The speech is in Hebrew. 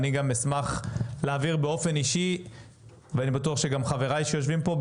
אני גם אשמח להעביר באופן אישי ואני בטוח שגם חבריי שיושבים פה,